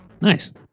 Nice